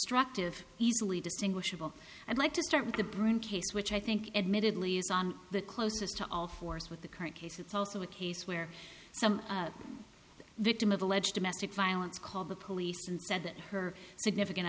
instructive easily distinguishable i'd like to start with the broom case which i think admittedly is on the closest to all fours with the current case it's also a case where some victim of alleged domestic violence called the police and said that her significant